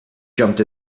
jumped